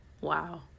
Wow